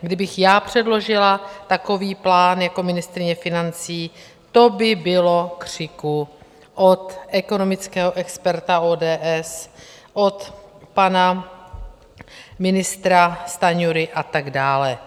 Kdybych já předložila takový plán jako ministryně financí, to by bylo křiku od ekonomického experta ODS, od pana ministra Stanjury a tak dále.